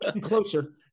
Closer